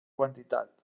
quantitat